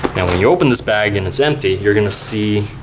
now when you open this bag and it's empty. you're going to see